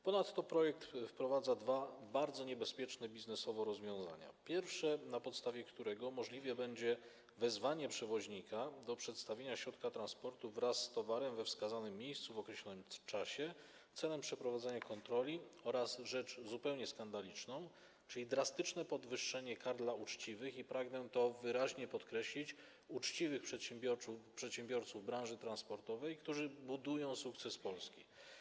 Ponadto projekt wprowadza dwa bardzo niebezpieczne biznesowo rozwiązania: pierwsze, na podstawie którego możliwe będzie wezwanie przewoźnika do przedstawienia środka transportu wraz z towarem we wskazanym miejscu w określonym czasie celem przeprowadzenia kontroli, oraz rzecz zupełnie skandaliczną, czyli drastyczne podwyższenie kar dla uczciwych, pragnę to wyraźnie podkreślić, uczciwych przedsiębiorców branży transportowej, którzy budują sukces Polski.